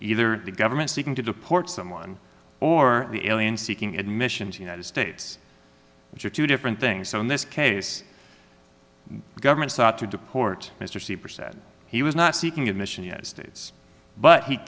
either the government seeking to deport someone or the alien seeking admission to the united states which are two different things so in this case the government sought to deport mr superset he was not seeking admission yet states but he